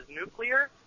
nuclear